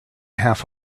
half